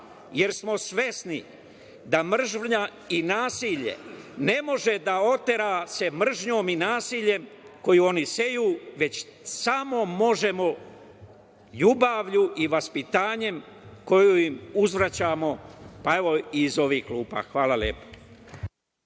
jer smo svesni da mržnja i nasilje ne može da se otera mržnjom i nasiljem koju oni seju, već samo možemo ljubavlju i vaspitanjem koje im uzvraćamo iz ovih klupa. Hvala lepo.